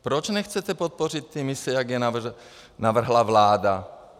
Proč nechcete podpořit ty mise, jak je navrhla vláda?